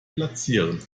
platzieren